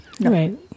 Right